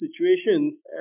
situations